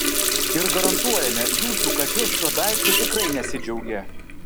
ir garantuojame jūsų katė šiuo daiktu tikrai nesidžiaugė